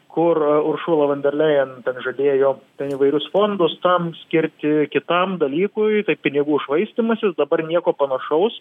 kur uršula van derlėjen ten žadėjo ten įvairius fondus tam skirti kitam dalykui tai pinigų švaistymasis dabar nieko panašaus